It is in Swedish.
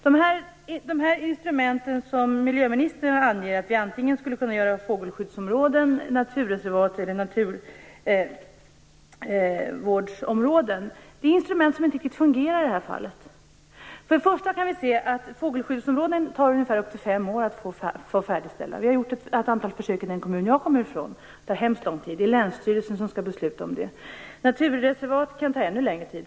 De instrument som miljöministern har angett, dvs. att vi antingen skulle kunna inrätta fågelskyddsområden, naturreservat eller naturvårdsområden, är instrument som inte riktigt fungerar i detta fall. Först och främst kan vi se att det tar upp till fem år att färdigställa fågelskyddsområden. Vi har gjort ett antal försök i den kommun som jag kommer från. Det tar mycket lång tid, och det är länsstyrelsen som skall besluta om detta. Att inrätta naturreservat kan ta ännu längre tid.